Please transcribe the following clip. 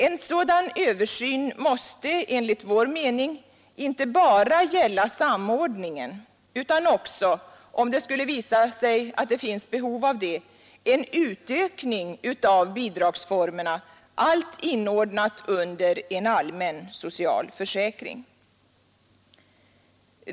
En sådan översyn måste enligt vår mening inte bara gälla samordningen utan också, om det skulle visa sig finnas behov av det, en utökning av bidragsformerna, allt inordnat under en allmän social försäkring.